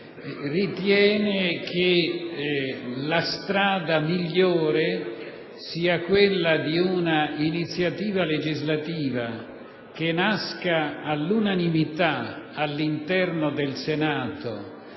ritiene che la strada migliore sia quella di una iniziativa legislativa, che nasca all'unanimità all'interno del Senato,